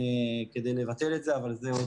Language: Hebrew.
זה ברור.